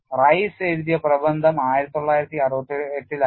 rice എഴുതിയ പ്രബന്ധം 1968 ലായിരുന്നു